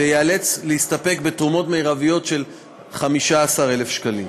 וייאלץ להסתפק בתרומות מרביות של 15,000 שקלים.